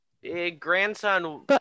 grandson